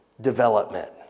development